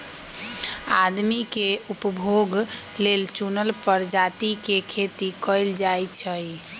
आदमी के उपभोग लेल चुनल परजाती के खेती कएल जाई छई